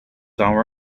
our